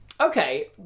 Okay